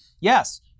yes